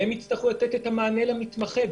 והם יצטרכו לתת את המענה למתמחה.